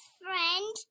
friend